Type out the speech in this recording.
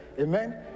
Amen